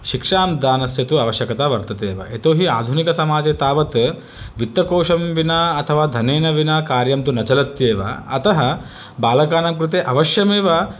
शिक्षां दानस्य तु आवश्यकता वर्तते एव यतोहि आधुनिकसमाजे तावत् वित्तकोशं विना अथवा धनेन विना कार्यं तु न चलत्येव अतः बालकानां कृते अवश्यमेव